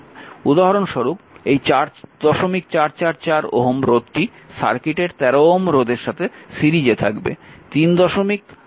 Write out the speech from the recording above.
উদাহরণস্বরূপ এই 4444 Ω রোধটি সার্কিটের 13 Ω রোধের সাথে সিরিজে থাকবে